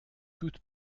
toute